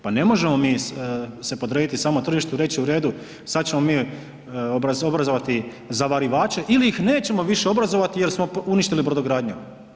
Pa ne možemo mi se podrediti samo tržištu i reći u redu, sad ćemo mi obrazovati zavarivače ili ih nećemo više obrazovati jer smo uništili brodogradnju.